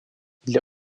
для